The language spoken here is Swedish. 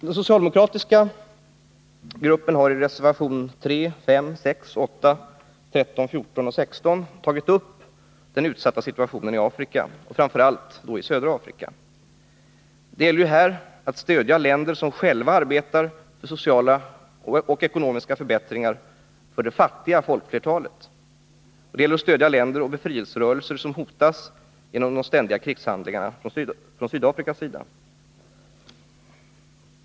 Den socialdemokratiska gruppen har i reservationerna 3, 5,6, 8, 13, 14 och 16 tagit upp den utsatta situationen i Afrika, framför allt i södra Afrika. Det gäller här att stödja länder som själva arbetar för sociala och ekonomiska förbättringar för det fattiga folkflertalet. Det gäller dessutom att stödja länder och befrielserörelser som hotas genom de ständiga krigshandlingarna från Sydafrikas sida.